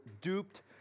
duped